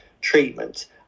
treatment